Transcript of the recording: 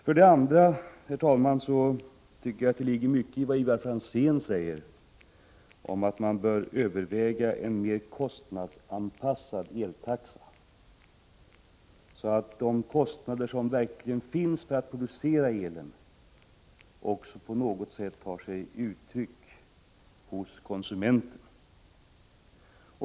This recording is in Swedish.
För det andra tycker jag att det ligger mycket i Ivar Franzéns uttalande att man bör överväga en mer kostnadsanpassad eltaxa, så att de verkliga kostnaderna för elproduktionen på något sätt kommer till uttryck hos konsumenten.